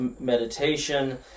meditation